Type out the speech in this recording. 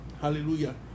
hallelujah